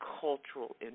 cultural